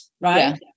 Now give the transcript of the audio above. right